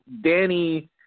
Danny